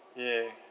yeah